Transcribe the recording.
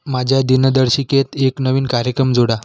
माझ्या दिनदर्शिकेत एक नवीन कार्यक्रम जोडा